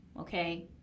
okay